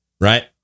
Right